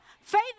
Faith